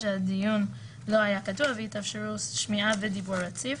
שהדיון לא היה קטוע והתאפשרו שמיעה ודיבור רציף",